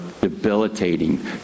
debilitating